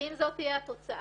אם זו תהיה התוצאה,